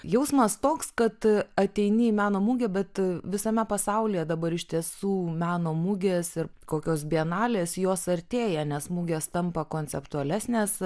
jausmas toks kad ateini į meno mugę bet visame pasaulyje dabar iš tiesų meno mugės ir kokios bienalės jos artėja nes mugės tampa konceptualesnės